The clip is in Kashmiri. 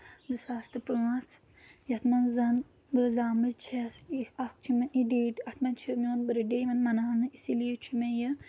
زٕ ساس تہٕ پانٛژھ یتھ منٛز زَن بہٕ زامٕژ چھَس یہِ اکھ چھِ مےٚ یہِ ڈیٹ اَتھ منٛز چھِ میون بٔرتھ ڈے یِوان مَناونہٕ اِسی لیے چھُ مےٚ یہِ